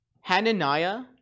Hananiah